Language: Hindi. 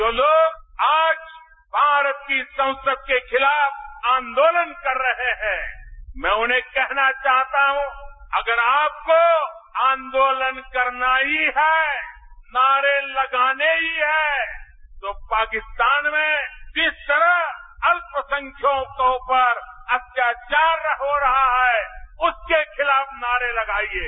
जो लोग आज भारत की संसदके खिलाफ आंदोलन कर रहे हैं मैं उन्हें कहना चाहता हूं अगर आपको आंदोलन करना ही हैनारे लगाने ही है तो पाकिस्तान में जिस तरह अत्यसंख्यकों पर अत्याचार हो रहा हैउसके खिलाफ नारे लगाइये